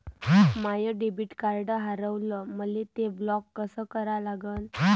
माय debit card हारवलं, मले ते ब्लॉक कस करा लागन?